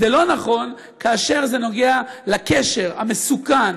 זה לא נכון כאשר זה נוגע בקשר המסוכן,